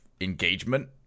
engagement